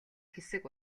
хэсэг